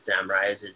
Samurai's